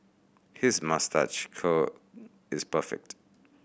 his moustache curl is perfect